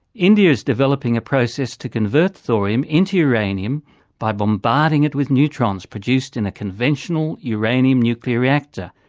india is developing a process to convert thorium into uranium by bombarding it with neutrons produced in a conventional uranium nuclear reactor.